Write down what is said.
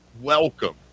Welcome